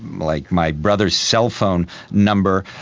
like my brother's cellphone number.